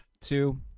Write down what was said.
two